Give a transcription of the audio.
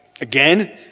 again